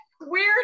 weird